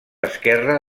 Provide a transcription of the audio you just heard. esquerra